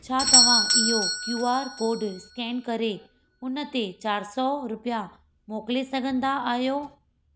छा तव्हां इहो क्यूआर कोड स्कैन करे हुन ते चारि सौ रुपया मोकिले सघंदा आहियो